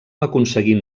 aconseguint